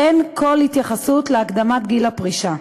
אין כל התייחסות להקדמת גיל הפרישה.